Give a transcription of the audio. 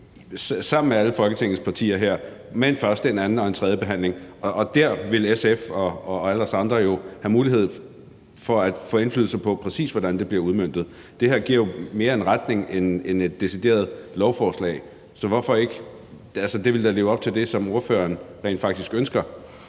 sammen med alle Folketingets partier her med en første, en anden og en tredje behandling, og der ville SF og alle vi andre jo have mulighed for at få indflydelse på, præcis hvordan det bliver udmøntet. Det her giver jo mere en retning end et decideret lovforslag, så hvorfor ikke? Det ville da leve op til det, som ordføreren rent faktisk ønsker.